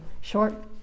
short